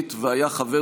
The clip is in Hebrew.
זה תופס פה טוב.